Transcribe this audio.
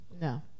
No